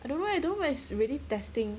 I don't know leh I don't thats really testing